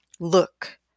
Look